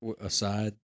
aside